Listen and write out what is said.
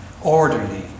Orderly